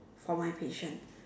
for my patience